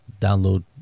download